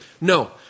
No